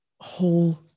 whole